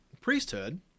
priesthood